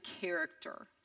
character